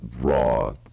raw